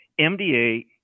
MDA